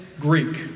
Greek